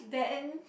then